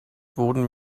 wurden